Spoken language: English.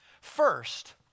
First